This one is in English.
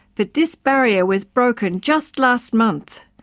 but this barrier was broken just last month,